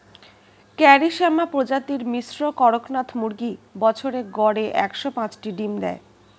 কারি শ্যামা প্রজাতির মিশ্র কড়কনাথ মুরগী বছরে গড়ে একশ পাঁচটি ডিম দেয়